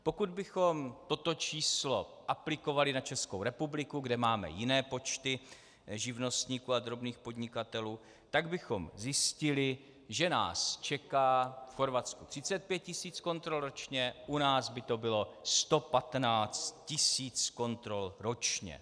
Pokud bychom toto číslo aplikovali na Českou republiku, kde máme jiné počty živnostníků a drobných podnikatelů, tak bychom zjistili, že nás čeká v Chorvatsku 35 tisíc kontrol ročně, u nás by to bylo 115 tisíc kontrol ročně.